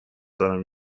دارم